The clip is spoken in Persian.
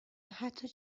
حتی